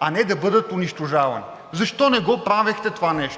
а не да бъдат унищожавани? Защо не го правехте това нещо?